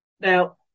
Now